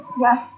Yes